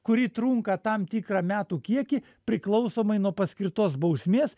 kuri trunka tam tikrą metų kiekį priklausomai nuo paskirtos bausmės